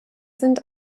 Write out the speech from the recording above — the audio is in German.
sind